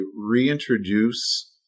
reintroduce